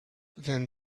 then